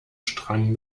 strang